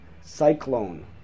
cyclone